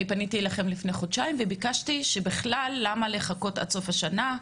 אני פניתי אליכם לפני חודשיים וביקשתי ושאלתי למה לחכות עד סוף השנה,